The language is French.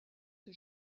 que